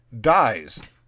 dies